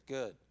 Good